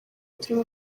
turimo